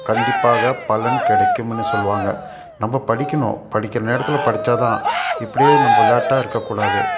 கண்டிப்பாக பலன் கிடைக்குமுன்னு சொல்லுவாங்க நம்ம படிக்கணும் படிக்கிற நேரத்தில் படிச்சால்தான் இப்படியே நம்ம விளாட்டா இருக்கக்கூடாது